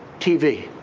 tv.